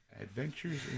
Adventures